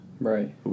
Right